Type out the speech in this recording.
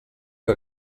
que